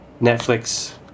Netflix